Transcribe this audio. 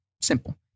Simple